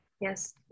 Yes